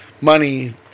money